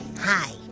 Hi